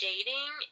dating